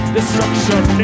Destruction